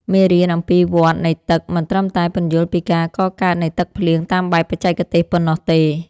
មេរៀនអំពីវដ្តនៃទឹកមិនត្រឹមតែពន្យល់ពីការកកើតនៃទឹកភ្លៀងតាមបែបបច្ចេកទេសប៉ុណ្ណោះទេ។